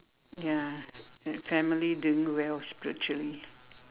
ya family doing well spiritually